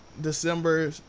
December